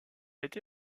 été